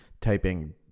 typing